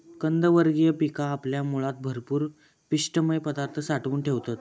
कंदवर्गीय पिका आपल्या मुळात भरपूर पिष्टमय पदार्थ साठवून ठेवतत